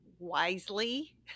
wisely